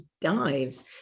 dives